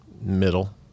middle